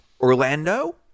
Orlando